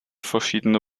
verschiedene